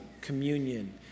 communion